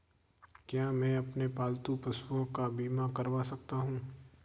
क्या मैं अपने पालतू पशुओं का बीमा करवा सकता हूं?